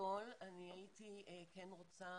בגדול אני הייתי כן רוצה